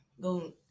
go